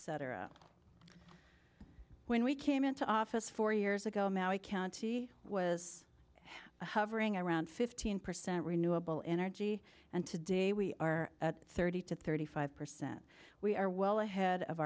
c when we came into office four years ago now county was hovering around fifteen percent renewable energy and today we are at thirty to thirty five percent we are well ahead of